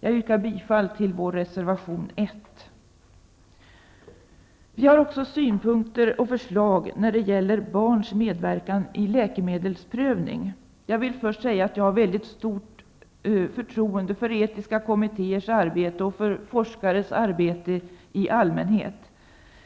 Jag yrkar bifall till vår reservation 1. Vi har också synpunkter och förslag när det gäller barns medverkan i läkemedelsprövning. Jag vill först säga att jag har mycket stort förtroende för etiska kommittéers arbete och för forskares arbete i allmänhet.